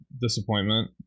Disappointment